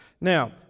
Now